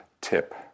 tip